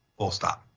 full stop.